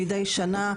מידי שנה,